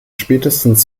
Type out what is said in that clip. spätestens